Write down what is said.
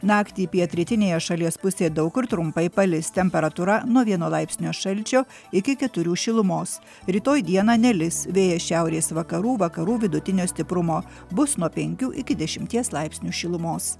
naktį pietrytinėje šalies pusėje daug kur trumpai palis temperatūra nuo vieno laipsnio šalčio iki keturių šilumos rytoj dieną nelis vėjas šiaurės vakarų vakarų vidutinio stiprumo bus nuo penkių iki dešimties laipsnių šilumos